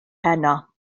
heno